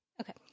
Okay